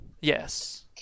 yes